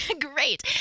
Great